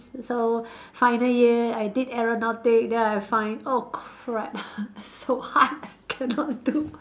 so final year I did aeronautic then I find oh crap so hard I cannot do